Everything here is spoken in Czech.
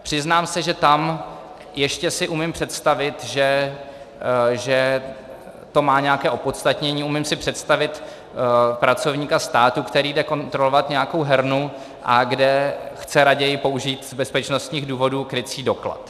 Přiznám se, že tam ještě si umím představit, že to má nějaké opodstatnění, umím si představit pracovníka státu, který jde kontrolovat nějakou hernu, a kde chce raději použít z bezpečnostních důvodů krycí doklad.